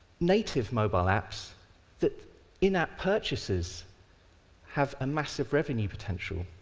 native mobile apps that in-app purchases have a massive revenue potential.